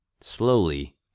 slowly